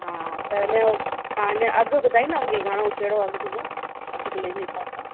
हा त हिनजो तव्हां हिनजो अघि ॿुधाईंदा मूंखे घणो कहिड़ो अघि थींदो अधि किले जे हिसाब सां